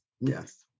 Yes